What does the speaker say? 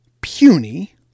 puny